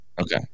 Okay